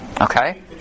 Okay